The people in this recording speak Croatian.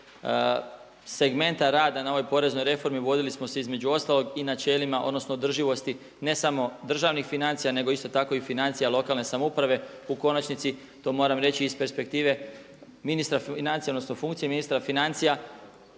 segmenta rada na ovoj poreznoj reformi vodili smo se između ostalog i načelima, odnosno održivosti ne samo državnih financija nego isto tako i financija lokalne samouprave, u konačnici to moram reći i iz perspektive ministra financija, odnosno funkcije ministra financija.